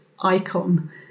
icon